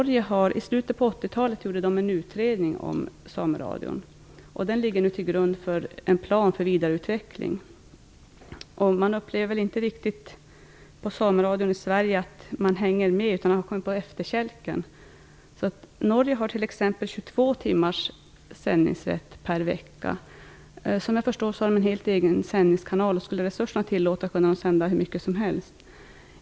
I Norge gjordes i slutet av 80-talet en utredning om sameradion, och den ligger nu till grund för en plan för vidareutveckling. Man tycker inom den svenska sameradion att man inte riktigt hänger med utan har kommit på efterkälken. I Norge har man t.ex. 22 timmars sändningsrätt per vecka. Såvitt jag förstått har man en egen sändningskanal, och om resurserna tillät det skulle man kunna sända hur många program som helst.